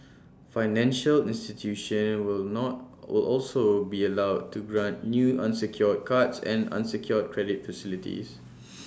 financial institutions will not will also be allowed to grant new unsecured cards and unsecured credit facilities